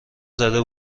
زده